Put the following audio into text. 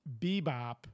Bebop